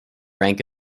rank